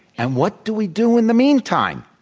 and what do we do in the meantime?